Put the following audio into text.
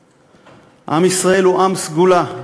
"עם ישראל הוא עם סגולה,